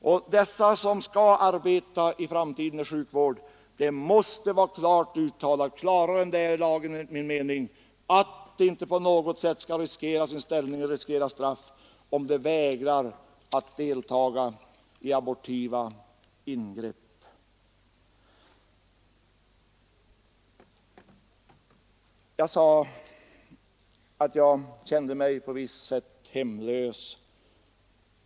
Och det måste vara klart uttalat — klarare än det enligt min mening är i lagen — att de som i framtiden skall arbeta i sjukvården inte på något sätt skall behöva riskera sin ställning eller riskera straff, om de vägrar att deltaga i abortiva ingrepp. Jag sade att jag kände mig på visst sätt hemlös.